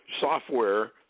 software